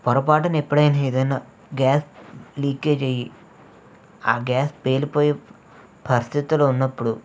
పొరపాటున ఎప్పుడైనా ఏదైనా గ్యాస్ లీకేజ్ అయ్యి ఆ గ్యాస్ పేలిపోయే పరిస్థితిలో ఉన్నప్పుడు